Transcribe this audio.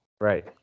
Right